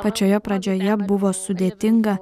pačioje pradžioje buvo sudėtinga